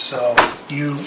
so you